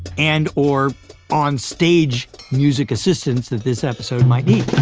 and or on-stage music assistance that this episode might need.